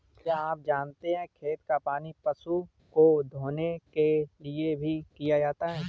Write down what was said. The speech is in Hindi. क्या आप जानते है खेत का पानी पशु को धोने के लिए भी किया जाता है?